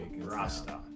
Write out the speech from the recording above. Rasta